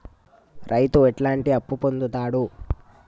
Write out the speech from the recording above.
రైతు ఎట్లాంటి అప్పు పొందుతడు?